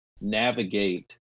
navigate